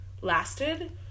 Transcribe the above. lasted